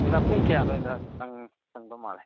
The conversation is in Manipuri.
ꯃꯦꯗꯥꯝ ꯄꯨꯡ ꯀꯌꯥ ꯑꯗꯥꯏꯗ ꯁꯪꯕ ꯃꯥꯜꯂꯤ